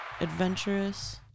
adventurous